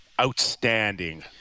outstanding